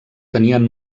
tenien